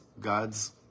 God's